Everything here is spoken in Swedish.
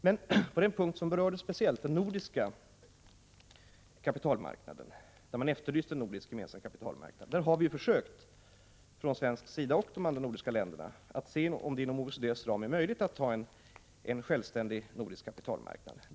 Men på den punkt som berördes speciellt, nämligen den nordiska kapitalmarknaden, där man efterlyste en nordisk gemensam kapitalmarknad, har vi försökt, både från svensk sida och i de övriga nordiska länderna, att se om det inom OECD:s ram är möjligt att ha en självständig nordisk kapitalmarknad.